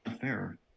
fair